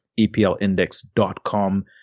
eplindex.com